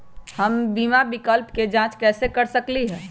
हम बीमा विकल्प के जाँच कैसे कर सकली ह?